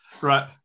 Right